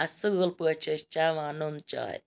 اَصل پٲٹھۍ چھِ أسۍ چَوان نُن چاے